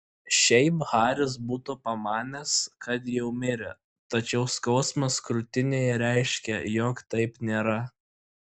šiaip haris būtų pamanęs kad jau mirė tačiau skausmas krūtinėje reiškė jog taip nėra